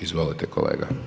Izvolite kolega.